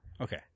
Okay